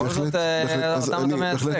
הרי בכל זאת אותם אתה מייצג.